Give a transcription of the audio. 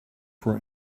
for